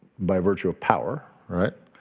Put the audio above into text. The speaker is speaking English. by virtue of power, alright?